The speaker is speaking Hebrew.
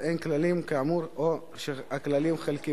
מי נגד?